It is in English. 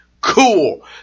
cool